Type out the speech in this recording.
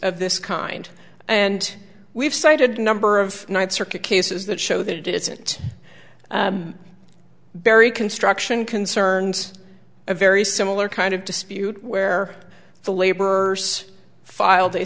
of this kind and we've cited number of ninth circuit cases that show that it isn't barry construction concerns a very similar kind of dispute where the laborers filed a